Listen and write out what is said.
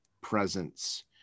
presence